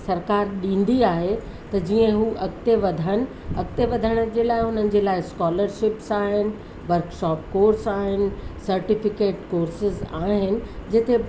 सरकार ॾींदी आहे त जीअं हू अॻिते वधनि अॻिते वधण जे लाइ हुननि जे लाइ स्कॉलरशीप्स आहिनि वर्कशॉप कोर्स आहिनि सर्टीफ़िकेट कोर्सिस आहिनि जिथे